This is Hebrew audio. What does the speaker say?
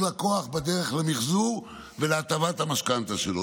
לקוח בדרך למחזור ולהתאמת המשכנתה שלו,